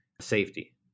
safety